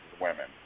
women